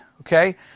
Okay